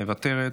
מוותרת,